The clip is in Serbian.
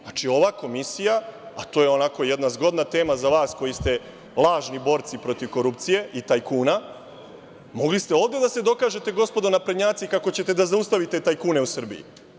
Znači, ova Komisija, a to je ovako jedna zgodna tema za vas koji ste lažni borci protiv korupcije i tajkuna, mogli ste ovde da se dokažete gospodo naprednjaci kako ćete da zaustavite tajkune u Srbiji.